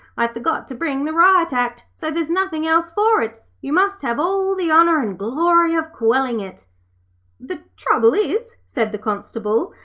i forgot to bring the riot act, so there's nothing else for it you must have all the honour and glory of quelling it the trouble is said the constable,